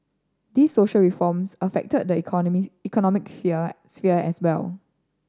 these social reforms affected the economy economic fear sphere as well